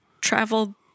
travel